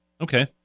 Okay